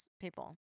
people